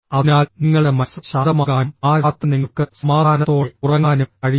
അതിനാൽ നിങ്ങളുടെ മനസ്സ് ശാന്തമാകാനും ആ രാത്രി നിങ്ങൾക്ക് സമാധാനത്തോടെ ഉറങ്ങാനും കഴിയും